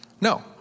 No